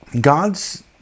God's